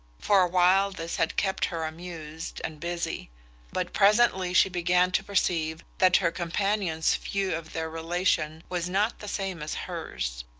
for a while this had kept her amused and busy but presently she began to perceive that her companion's view of their relation was not the same as hers.